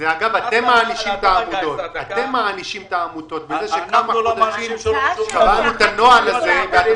אתם מענישים את העמותות בזה שאתה מגיע היום